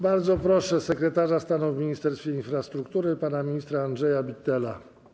Bardzo proszę sekretarza stanu w Ministerstwie Infrastruktury pana ministra Andrzeja Bittela.